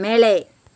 மேலே